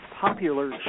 popular